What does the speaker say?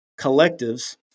collectives